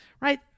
right